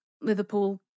liverpool